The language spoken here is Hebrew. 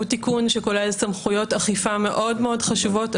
הוא תיקון שכולל סמכויות אכיפה מאוד מאוד חשובות,